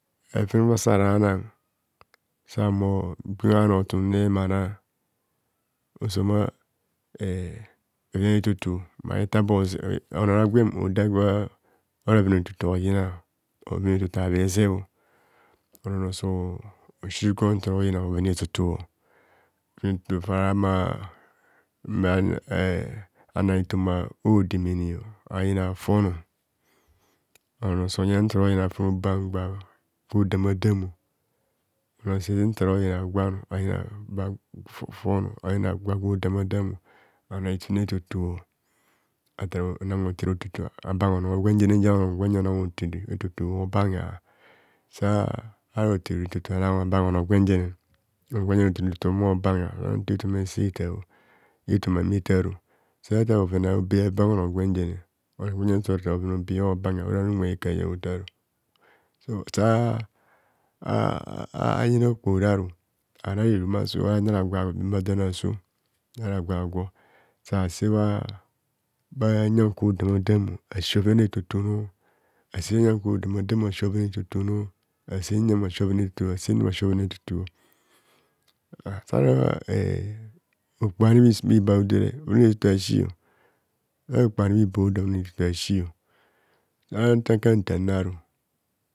Afenana fara anang sa humo bhi kpenghe anotum mma nam ozoma eh bheven etoto mma bhe tabe ozere oharara agwen bhoda gwora bhoven etoto oyina ora bhoven etoto habhe zebho onono so surukor ntoro yina bhoven etoto bhoven etoto fara ma eeh ana etoma odemene ayina fonor onornor sonyen ntoro yina fon gban gban fo damadam onornor sese ntoro yina gwan ayina fofofon ayina gwa gwo damadam ana itune etoto ana hotere etoto abangha ono gwenjene nzia ono gwenjene ogbor nan hotere etoto obangha sara hotere etoto ana abangha ono gwen jene onor gwenjen otere etoto omo obangha ora nta etoma ese etar etoma metar satar bhoven a’obe abangha onor gwenjen onor gwenjene oso tar bhoven a’obe abangha orani ekaha unwe otar so sa ah ah yina okpohoraru arayen irumasu ara gwagwo re ma don aso ara gwagwo sa sebha bha bhanyon kwo damadam asi bhoven etoto nor ase nyan kwo dama damo asi bhoven a’etoto nor asemo asi bhoven etor to asam asi bhoven etoto, ah sora eh okpoho ani ibor hodare bhoven etoto asi sora okpoho ani ibo hoda bhoven etoto asio ara nka ntarnaru